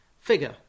figure